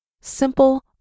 simple